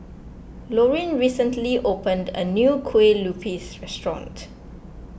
Lorin recently opened a new Kueh Lupis restaurant